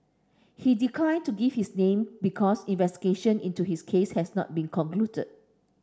he declined to give his name because investigation into his case has not concluded